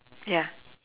ya